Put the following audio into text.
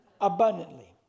abundantly